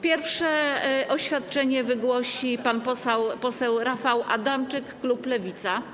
Pierwsze oświadczenie wygłosi pan poseł Rafał Adamczyk, klub Lewica.